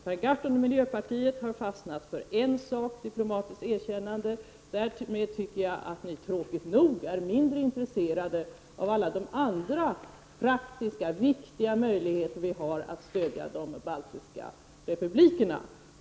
Per Gahrton och miljöpartiet har fastnat för en sak: diplomatiskt erkännade. Därmed tycker jag att ni tråkigt nog visar er mindre intresserade av alla de andra praktiska, viktiga möjligheter vi har att stödja de baltiska republikerna.